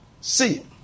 See